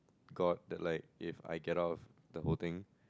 god that like if I get out the whole thing